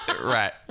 Right